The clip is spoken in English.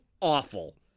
awful